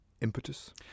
impetus